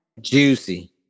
juicy